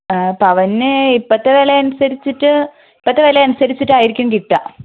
പവന് ഇപ്പത്തെ വില അനുസരിച്ചിട്ട് ഇപ്പത്തെ വില അനുസരിച്ചിട്ടായിരിക്കും കിട്ടുക